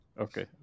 Okay